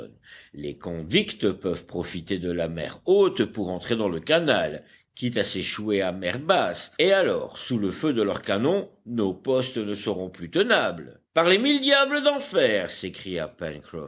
les convicts peuvent profiter de la mer haute pour entrer dans le canal quitte à s'échouer à mer basse et alors sous le feu de leurs canons nos postes ne seront plus tenables par les mille diables d'enfer s'écria